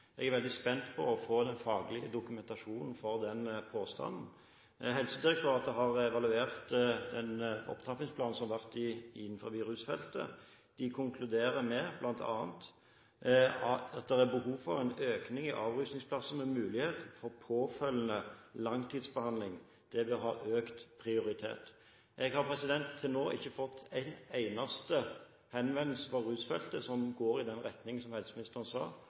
Jeg er veldig spent på å få den faglige dokumentasjonen for den påstanden. Helsedirektoratet har evaluert opptrappingsplanen for rusfeltet. De konkluderer bl.a. med at det er behov for en økning i avrusningsplasser med mulighet for påfølgende langtidsbehandling. Det vil ha økt prioritet. Jeg har til nå ikke fått en eneste henvendelse på rusfeltet som går i den retning som helseministeren sa.